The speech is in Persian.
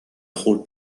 خرد